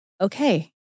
okay